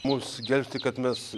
mus gelbsti kad mes